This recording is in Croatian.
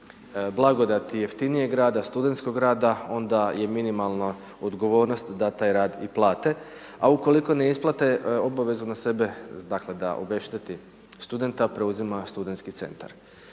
blagodati jeftinijeg rada, studentskog rada, onda je minimalno, odgovornost da taj rad i plate, a ukoliko ne isplate, obavezu na sebe, dakle da obešteti studenta, preuzima studentski centar.